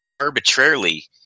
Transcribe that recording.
arbitrarily